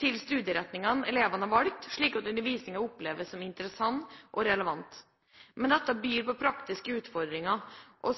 til studieretningen eleven har valgt, slik at undervisningen oppleves som interessant og relevant, men dette byr på praktiske utfordringer.